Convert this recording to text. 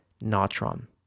natron